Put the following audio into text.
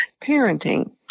parenting